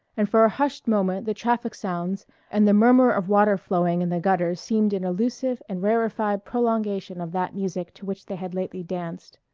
and for a hushed moment the traffic sounds and the murmur of water flowing in the gutters seemed an illusive and rarefied prolongation of that music to which they had lately danced.